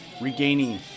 regaining